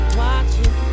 watching